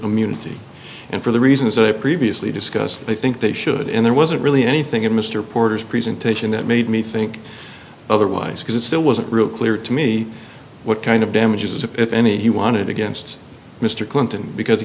immunity and for the reasons i previously discussed i think they should and there wasn't really anything in mr porter's presentation that made me think otherwise because it still wasn't really clear to me what kind of damages if any he wanted against mr clinton because it